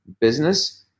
business